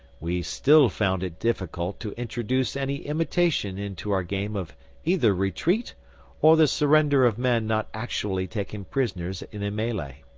we still found it difficult to introduce any imitation into our game of either retreat or the surrender of men not actually taken prisoners in a melee.